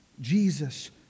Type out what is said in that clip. Jesus